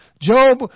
Job